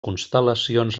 constel·lacions